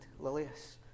Lilius